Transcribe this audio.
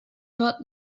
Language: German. hört